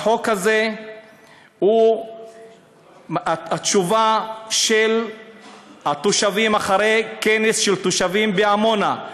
החוק הזה הוא התשובה של התושבים אחרי כנס של תושבים בעמונה.